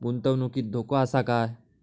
गुंतवणुकीत धोको आसा काय?